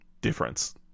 difference